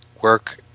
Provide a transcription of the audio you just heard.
work